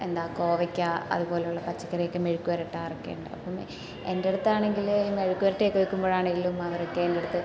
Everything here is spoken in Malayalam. എന്താണ് കോവയ്ക്ക അതുപോലെയുള്ള പച്ചക്കറിയൊക്കെ മെഴുക്ക് പുരട്ടാറൊക്കെ ഉണ്ട് അപ്പം എന്റെ അടുത്താണെങ്കിൽ ഈ മെഴുക്ക് പുരട്ടി ഒക്കെ വയ്ക്കുമ്പോഴാണെങ്കിലും അവരൊക്കെ എന്റെ അടുത്ത്